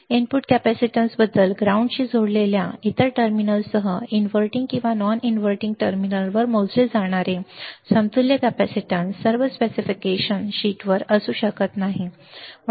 input कॅपेसिटन्सबद्दल ground शी जोडलेल्या इतर टर्मिनलसह इनव्हर्टिंग किंवा नॉन इंटरव्हल टर्मिनलवर मोजले जाणारे समतुल्य कॅपेसिटन्स सर्व स्पेसिफिकेशन शीटवर असू शकत नाहीत